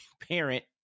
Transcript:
parent